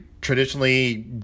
traditionally